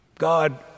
God